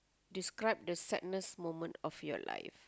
describe the sadness moment of your life